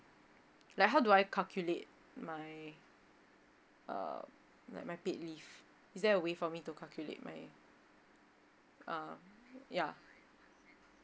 like how do I calculate my uh like my paid leave is there a way for me to calculate my uh yeah